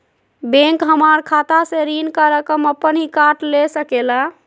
Bank हमार खाता से ऋण का रकम अपन हीं काट ले सकेला?